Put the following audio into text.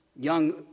young